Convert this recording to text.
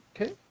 okay